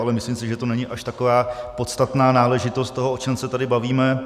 Ale myslím si, že to není až taková podstatná náležitost toho, o čem se tady bavíme.